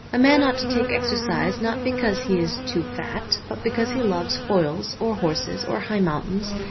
a man ought to take exercise not because he is too fat, but because he loves foils or horses or high mountains,